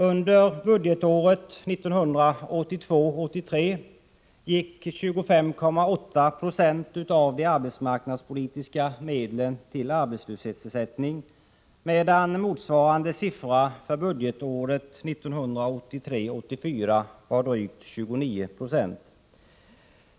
Under budgetåret 1982 84 var drygt 2996.